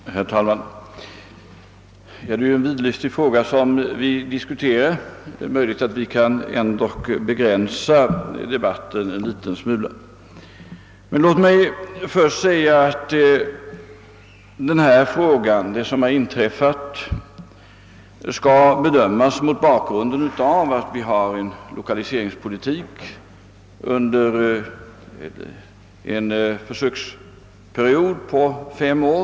Herr talman! Det är en vidlyftig fråga vi diskuterar. Kanske kan vi ändock begränsa debatten en liten smula. Låt mig först säga att det som har inträffat skall bedömas mot bakgrunden av att vi har en lokaliseringspolitik under en försöksperiod på fem år.